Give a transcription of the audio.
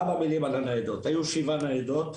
כמה מילים על הניידות: היו שבעה ניידות,